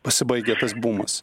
pasibaigia tas bumas